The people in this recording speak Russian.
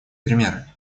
примеры